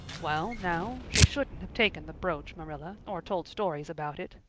well now, she shouldn't have taken the brooch, marilla, or told stories about it,